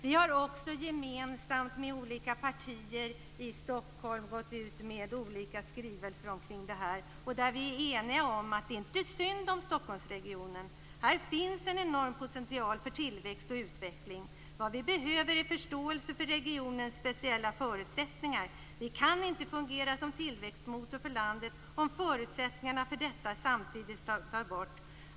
Vi har också gemensamt med olika partier i Stockholm gått ut med skrivelser om det här. Vi är där eniga om att det inte är synd om Stockholmsregionen. Här finns en enorm potential för tillväxt och utveckling. Vad vi behöver är förståelse för regionens speciella förutsättningar. Vi kan inte fungera som tillväxtmotor för landet om förutsättningarna för detta samtidigt tas bort.